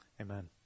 amen